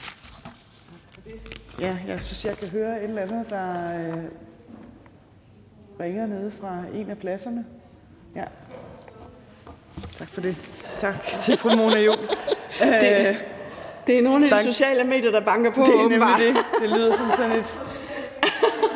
Tak for det. Og tak til fru Mona Juul. (Mona Juul (KF): Det er nogle af de sociale medier, der banker på, åbenbart). Det er nemlig det. Det lød som sådan et